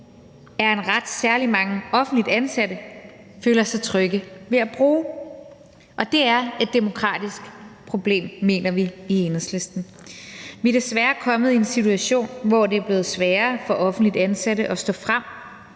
er en ret, særlig mange offentligt ansatte føler sig trygge ved at bruge. Og det er et demokratisk problem, mener vi i Enhedslisten. Vi er desværre kommet i en situation, hvor det er blevet sværere for offentligt ansatte at stå frem,